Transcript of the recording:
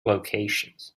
locations